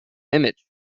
image